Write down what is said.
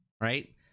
right